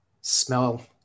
smell